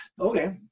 Okay